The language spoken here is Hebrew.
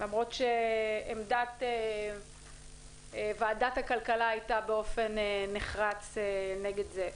למרות שעמדת ועדת הכלכלה הייתה באופן נחרץ נגד זה.